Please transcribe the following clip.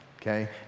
okay